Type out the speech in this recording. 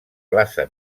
plaça